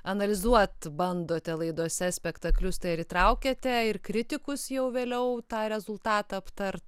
analizuot bandote laidose spektaklius tai ar įtraukiate ir kritikus jau vėliau tą rezultatą aptart